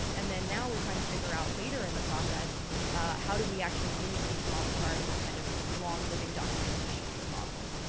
and now we're trying to figure out later in the process how do we actually use these model cards as kind of long living documentation for models?